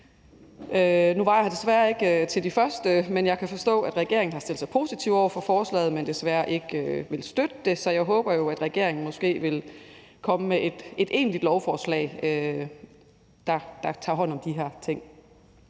Nu var jeg her desværre ikke under de første taler, men jeg kan forstå, at regeringen har stillet sig positiv over for forslaget, men desværre ikke vil støtte det. Så jeg håber jo, at regeringen måske vil komme med et egentligt lovforslag, der tager hånd om de her ting.